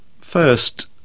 First